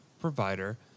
provider